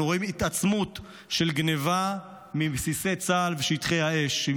אנחנו רואים התעצמות של גנבה מבסיסי צה"ל ושטחי האש,